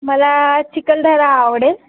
मला चिखलदरा आवडेल